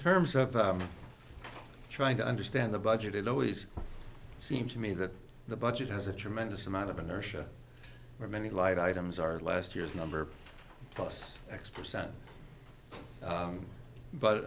terms of trying to understand the budget it always seems to me that the budget has a tremendous amount of inertia or many light items are last year's number plus x percent